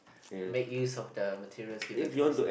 make use of the materials given to us